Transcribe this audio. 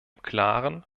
klaren